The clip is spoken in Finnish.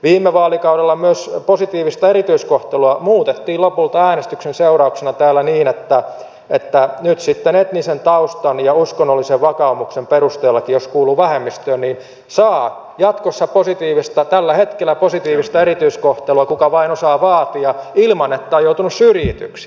viime vaalikaudella myös positiivista erityiskohtelua muutettiin lopulta äänestyksen seurauksena niin että nyt sitten etnisen taustan ja uskonnollisen vakaumuksen perusteellakin jos kuuluu vähemmistöön saa tällä hetkellä positiivista erityiskohtelua kuka vain osaa vaatia ilman että on joutunut syrjityksi